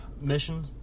mission